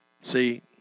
See